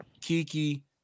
Kiki